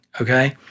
Okay